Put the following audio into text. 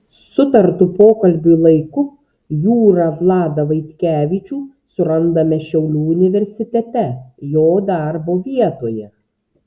sutartu pokalbiui laiku jūrą vladą vaitkevičių surandame šiaulių universitete jo darbo vietoje